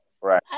Right